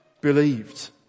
believed